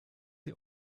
die